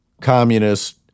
communist